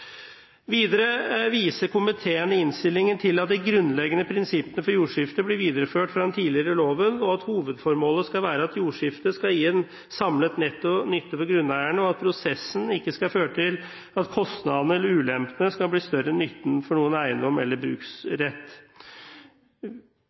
Videre viser komiteen i innstillingen til at de grunnleggende prinsippene for jordskifte blir videreført fra den tidligere loven, at hovedformålet skal være at jordskifte skal gi en samlet netto nytte for grunneierne, og at prosessen ikke skal føre til at kostnadene eller ulempene skal bli større enn nytten for noen eiendom eller